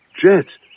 Jet